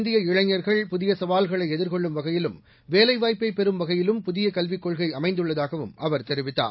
இந்திய இளைஞர்கள் புதிய சவால்களை எதிர்கொள்ளும் வகையிலும் வேலைவாய்ப்பை பெறும் வகையிலும் புதிய கல்விக் கொள்கை அமைந்துள்ளதாகவும் அவர் தெரிவித்தார்